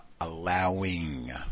allowing